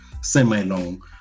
semi-long